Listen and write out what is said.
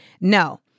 No